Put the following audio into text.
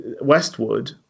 Westwood